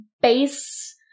base